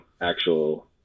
actual